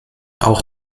auch